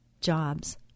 jobs